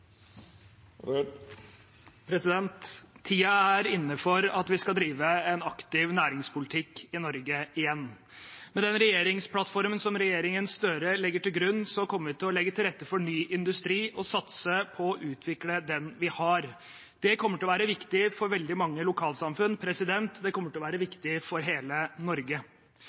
er inne for at vi skal drive en aktiv næringspolitikk i Norge igjen. Med den regjeringsplattformen som regjeringen Støre legger til grunn, kommer vi til å legge til rette for ny industri og satse på å utvikle den vi har. Det kommer til å være viktig for veldig mange lokalsamfunn. Det kommer til å være viktig for hele Norge.